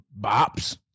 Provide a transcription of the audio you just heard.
bops